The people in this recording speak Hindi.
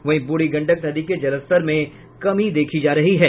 वहीं बूढ़ी गंडक नदी के जलस्तर में कमी देखी जा रही है